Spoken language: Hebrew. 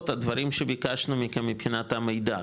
הדברים שביקשנו מכם מבחינת המידע,